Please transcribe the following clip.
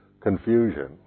confusion